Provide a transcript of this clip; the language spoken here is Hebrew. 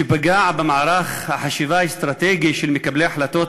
שפגע במערך החשיבה האסטרטגי של מקבלי החלטות